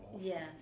Yes